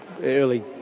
early